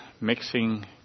mixing